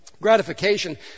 gratification